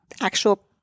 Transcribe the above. actual